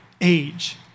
age